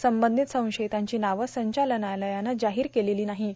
संबंधित संशयितांची नांवं संचालनालयानं जाहीर केली नाहीत